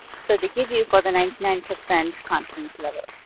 so they give you for the ninety nine percent confidence level.